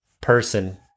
person